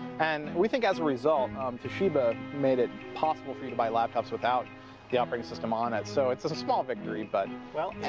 and we think as a result um toshiba made it possible for you to buy laptop so without the operating system on it. so, it's a small victory, but. well,